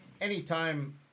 anytime